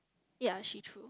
ya she threw